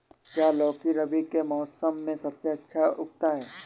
क्या लौकी रबी के मौसम में सबसे अच्छा उगता है?